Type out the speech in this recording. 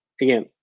again